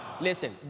Listen